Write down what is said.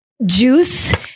juice